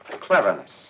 cleverness